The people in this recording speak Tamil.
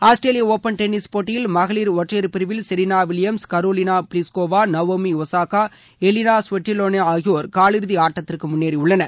ஆஸ்திரேலிய ஒப்பன் டென்னிஸ் போட்டியில் மகளிர் ஒற்றையர் பிரிவில் Serena Williams Karolina Pliskova Naomi Osaka Elina Svitolina காலிறுதி ஆட்டத்திற்கு ஆகியோர் முன்னேறியுள்ளனர்